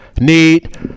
need